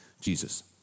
Jesus